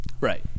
right